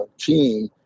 team